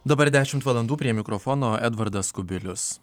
dabar dešimt valandų prie mikrofono edvardas kubilius